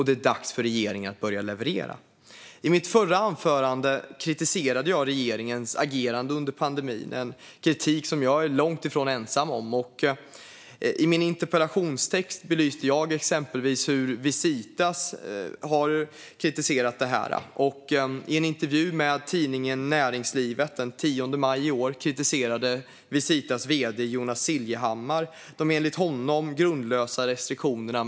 Det är dags för regeringen att börja leverera. I mitt förra anförande kritiserade jag regeringens agerande under pandemin. Det är kritik som jag är långt ifrån ensam om att föra fram. I min interpellation belyste jag exempelvis Visitas kritik. I en intervju med Tidningen Näringslivet den 10 maj i år kritiserade Visitas vd Jonas Siljhammar de enligt honom grundlösa restriktionerna.